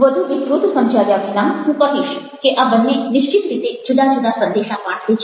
વધુ વિસ્તૃત સમજાવ્યા વિના હું કહીશ કે આ બંને નિશ્ચિત રીતે જુદા જુદા સંદેશા પાઠવે છે